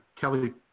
Kelly